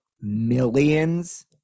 millions